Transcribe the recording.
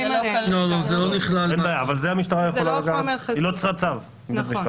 היא לא צריכה צו.